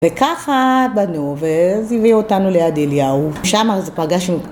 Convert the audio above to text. וככה בנו ואז הביאו אותנו ליד אליהו, שם אז פגשנו.